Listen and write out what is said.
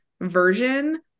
version